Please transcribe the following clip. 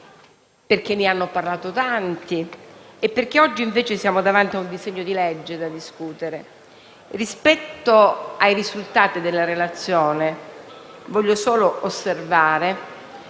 ne hanno parlato in tanti e perché oggi siamo davanti ad un disegno di legge da discutere. Rispetto ai risultati della relazione, voglio solo osservare